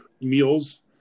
meals